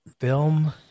film